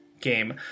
game